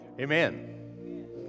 Amen